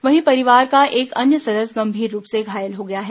वहीं परिवार का एक अन्य सदस्य गंभीर रूप से घायल हो गयौ है